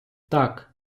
так